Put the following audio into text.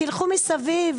תלכו מסביב,